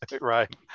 right